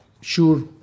sure